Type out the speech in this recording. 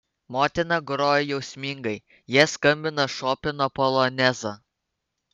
motina grojo jausmingai jie skambino šopeno polonezą